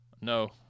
No